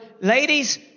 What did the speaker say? ladies